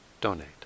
donate